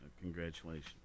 Congratulations